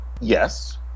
Yes